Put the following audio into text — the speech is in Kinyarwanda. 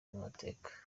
amateka